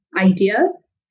ideas